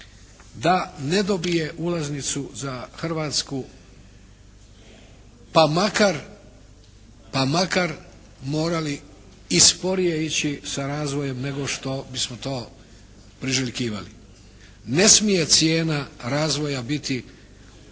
da ne dobije ulaznicu za Hrvatsku pa makar morali i sporije ići sa razvojem nego što bismo to priželjkivali. Ne smije cijena razvoja biti